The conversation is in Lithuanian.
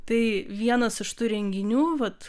tai vienas iš tų renginių vat